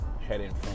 heading